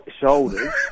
shoulders